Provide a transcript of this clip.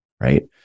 right